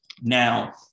Now